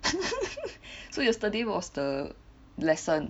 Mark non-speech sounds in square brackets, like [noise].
[laughs] so yesterday was the lesson